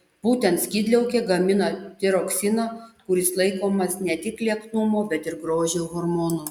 būtent skydliaukė gamina tiroksiną kuris laikomas ne tik lieknumo bet ir grožio hormonu